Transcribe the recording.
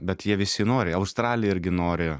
bet jie visi nori australija irgi nori